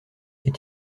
est